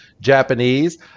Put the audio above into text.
Japanese